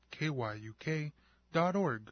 kyuk.org